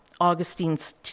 Augustine's